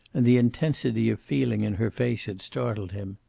and the intensity of feeling in her face had startled him.